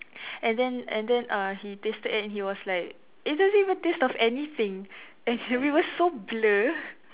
and then and then uh he tasted it and he was like it doesn't even taste of anything and we were so blur